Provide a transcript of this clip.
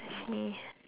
I sneeze